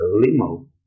Limo